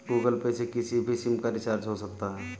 Google Pay से किसी भी सिम का रिचार्ज हो सकता है